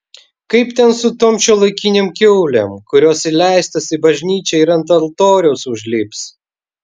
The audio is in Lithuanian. kaip ten su tom šiuolaikinėm kiaulėm kurios įleistos į bažnyčią ir ant altoriaus užlips